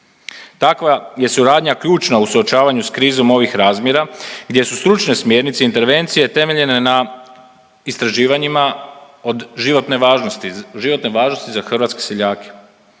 Takva je suradnja ključna u suočavanju sa krizom ovih razmjera gdje su stručne smjernice intervencije temeljene na istraživanjima od životne važnosti, životne važnosti